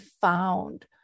found